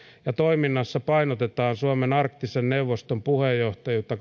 ja toiminnassa painotetaan suomen arktisen neuvoston puheenjohtajuutta